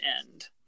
end